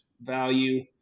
value